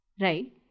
right